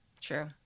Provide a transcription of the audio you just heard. True